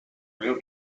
real